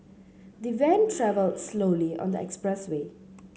the van travelled slowly on the expressway